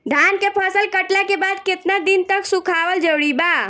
धान के फसल कटला के बाद केतना दिन तक सुखावल जरूरी बा?